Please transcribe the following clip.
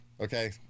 okay